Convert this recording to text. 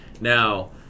Now